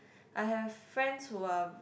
I have friends who are